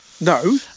No